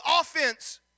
offense